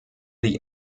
die